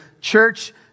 church